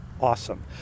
awesome